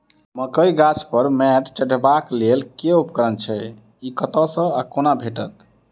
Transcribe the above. मकई गाछ पर मैंट चढ़ेबाक लेल केँ उपकरण छै? ई कतह सऽ आ कोना भेटत?